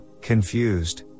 confused